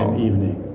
um evening.